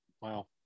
Wow